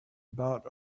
about